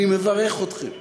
אני מברך אתכם.